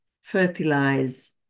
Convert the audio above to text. fertilize